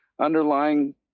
underlying